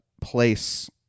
place